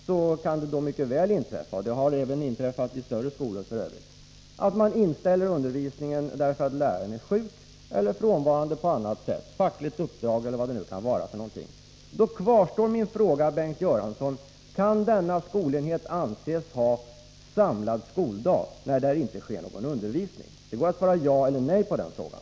Det kan där mycket väl inträffa — det har f. ö. inträffat i större skolor — att man inställer undervisningen därför att läraren är sjuk, skall utföra fackliga uppdrag eller är förhindrad på annat sätt. Min fråga kvarstår, Bengt Göransson: Kan denna skolenhet anses ha samlad skoldag när det inte förekommer någon undervisning där? Det går att svara ja eller nej på den frågan.